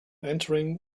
entering